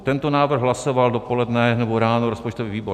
Tento návrh hlasoval dopoledne, nebo ráno, rozpočtový výbor.